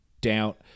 doubt